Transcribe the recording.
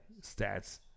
stats